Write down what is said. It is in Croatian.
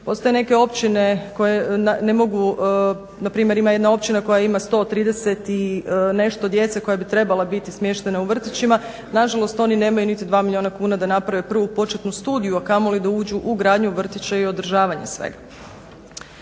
Postoje neke općine koje ne mogu, npr. ima jedna općina koja ima 130 i nešto djece koja bi trebala biti smještena u vrtićima, nažalost oni nemaju niti 2 milijuna kuna da naprave prvu početnu studiju, a kamoli da uđu u gradnju vrtića i održavanje svega.